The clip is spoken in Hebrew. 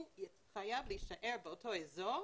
הוא חייב להישאר באותו אזור.